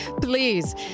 Please